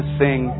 sing